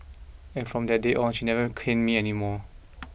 and from that day on she never caned me anymore